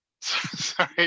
Sorry